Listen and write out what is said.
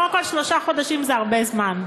קודם כול שלושה חודשים זה הרבה זמן.